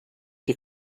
die